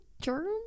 germs